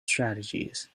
strategies